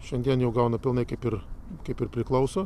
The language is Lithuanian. šiandien jau gauna pilnai kaip ir kaip ir priklauso